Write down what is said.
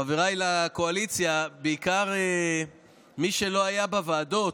חבריי לקואליציה, בעיקר מי שלא היה בוועדות,